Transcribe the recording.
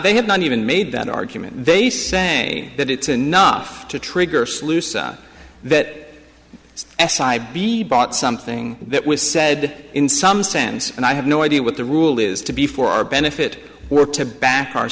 they have not even made that argument they say that it's enough to trigger sluice that s i be bought something that was said in some sense and i have no idea what the rule is to be for our benefit were to back our